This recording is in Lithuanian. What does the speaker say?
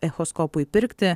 echoskopui pirkti